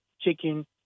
chicken